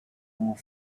more